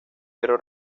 pero